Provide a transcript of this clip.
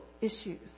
issues